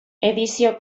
edizio